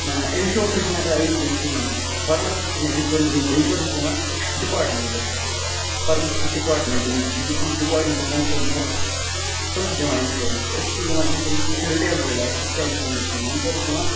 نہ نہ اِنشورنس چھنہٕ ہیٚکان أسۍ دِتھ کِہیٖنۍ فارمَسِسٹ ہیٚکہِ نہِ دِتھ کیٚنٛہہ اِنشورنس چھُ دیوان ڈپاٹمٮ۪نٹہٕ فارمَسِی ڈپاٹمٮ۪نہٕ یُس ڈپاٹمٮ۪نٹ کَنسٲرنٕڈ آسہِ تِم چھِ دِوان اِنشورنس کیٚنٛہہ أسۍ چھِ اِنشورنس أسۍ چھِنہٕ دِوان اِنشورنس کیٚنٛہہ أسۍ چھِ رِٹیل وٲلۍ آسان کیاہ اِنشورنس دِمو اِنشورنس چھِ دِوان